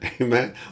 amen